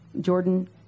Jordan